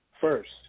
First